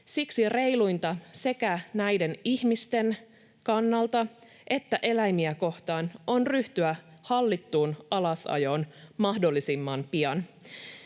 Siksi reiluinta sekä näiden ihmisten kannalta että eläimiä kohtaan on ryhtyä hallittuun alasajoon mahdollisimman pian.